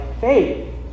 faith